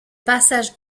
passage